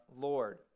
Lord